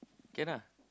can lah